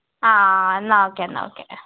ആ എന്നാൽ ഓക്കെ എന്നാൽ ഓക്കെ